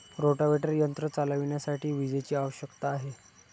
rotavator यंत्र चालविण्यासाठी विजेची आवश्यकता आहे